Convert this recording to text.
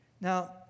Now